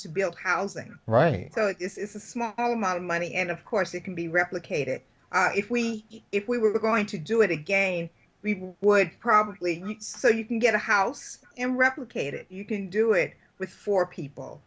to build housing right so it's a small amount of money and of course it can be replicated if we if we were going to do it again we would probably so you can get a house in replicated you can do it with four people